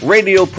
Radio